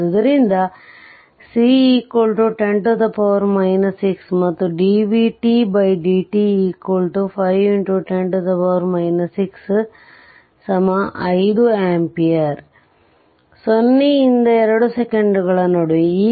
ಆದ್ದರಿಂದ c 10 6 ಮತ್ತು dvt dt 5 x 10 6 5 ampere 0 ರಿಂದ 2 ಸೆಕೆಂಡುಗಳ ನಡುವೆ